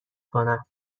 کنم